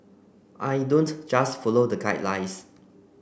I don't just follow the guidelines